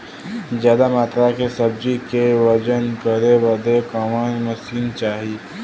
ज्यादा मात्रा के सब्जी के वजन करे बदे कवन मशीन चाही?